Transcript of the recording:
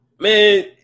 man